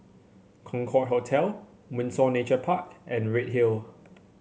Concorde Hotel Windsor Nature Park and Redhill